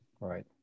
right